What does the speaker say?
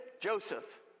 Joseph